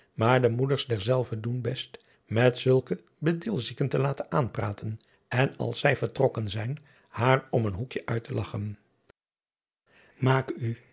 maar de moeders derzelve doen best met zulke bedilzieken te laten aanpraten en als zij vertrokken zijn haar om een hoekje uit te lagchen maak u